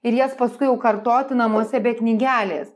ir jas paskui jau kartoti namuose be knygelės